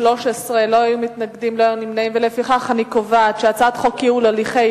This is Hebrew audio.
ההצעה להעביר את הצעת חוק ייעול הליכי